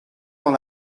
dans